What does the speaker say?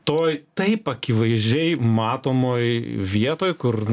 toj taip akivaizdžiai matomoj vietoj kur